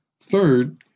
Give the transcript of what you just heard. Third